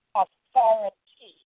authority